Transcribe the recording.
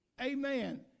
Amen